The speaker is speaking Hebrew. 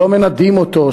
שלא מנדים אותו,